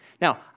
Now